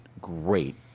great